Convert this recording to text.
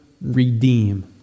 redeem